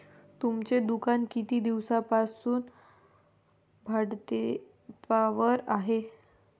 तुमचे दुकान किती दिवसांपासून भाडेतत्त्वावर आहे?